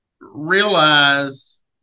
realize